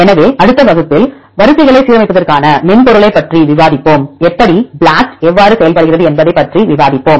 எனவே அடுத்த வகுப்பில் காட்சிகளை சீரமைப்பதற்கான மென்பொருளைப் பற்றி விவாதிப்போம் எப்படி BLAST எவ்வாறு செயல்படுகிறது என்பதைப் பற்றி விவாதிப்போம்